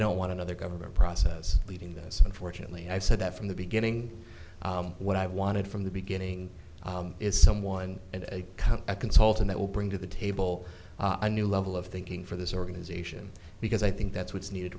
don't want another government process leading this unfortunately i've said that from the beginning what i've wanted from the beginning is someone and a come a consultant that will bring to the table a new level of thinking for this organization because i think that's what's needed